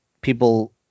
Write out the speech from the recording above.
people